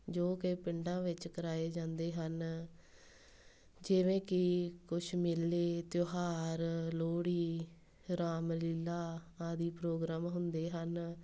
ਜੋ ਕਿ ਪਿੰਡਾਂ ਵਿੱਚ ਕਰਵਾਏ ਜਾਂਦੇ ਹਨ ਜਿਵੇਂ ਕਿ ਕੁਛ ਮੇਲੇ ਤਿਉਹਾਰ ਲੋਹੜੀ ਰਾਮਲੀਲਾ ਆਦਿ ਪ੍ਰੋਗਰਾਮ ਹੁੰਦੇ ਹਨ